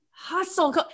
Hustle